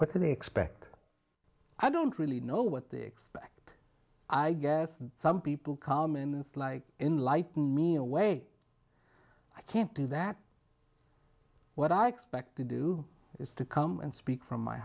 what they expect i don't really know what they expect i guess some people calm and it's like enlighten me away i can't do that what i expect to do is to come and speak from my